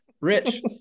Rich